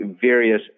various